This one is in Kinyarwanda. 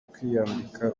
kwiyambika